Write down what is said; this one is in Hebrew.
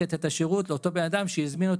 לתת את השירות לאותו בן אדם שהזמין אותו,